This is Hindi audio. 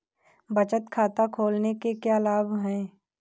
बचत खाता खोलने के क्या लाभ हैं?